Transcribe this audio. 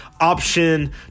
option